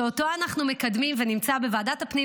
שאותו אנחנו מקדמים ונמצא בוועדת הפנים